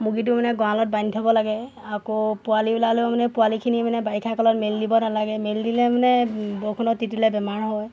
মুগীটো মানে গঁড়ালত বান্ধি থ'ব লাগে আকৌ পোৱালি ওলালেও মানে পোৱালিখিনি মানে বাৰিষা কালত মেলি দিব নালাগে মেলি দিলে মানে বৰষুণত তিতুলে বেমাৰ হয়